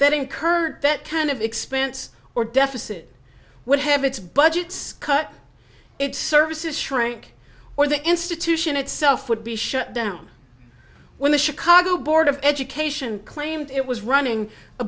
that incurred that kind of expense or deficit would have its budgets cut its services shrink or the institution itself would be shut down when the chicago board of education claimed it was running a